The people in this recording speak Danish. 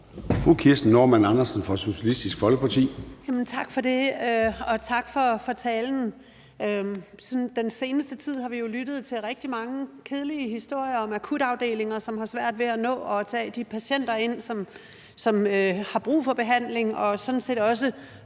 Kirsten Normann Andersen (SF): Tak for det. Og tak for talen. I den seneste tid har vi jo lyttet til rigtig mange kedelige historier om akutafdelinger, som har svært ved at nå at tage de patienter ind, som har brug for behandling, og så sent som